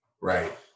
right